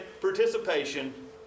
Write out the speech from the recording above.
participation